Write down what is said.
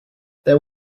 there